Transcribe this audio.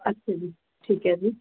ਅੱਛਾ ਜੀ ਠੀਕ ਹੈ ਜੀ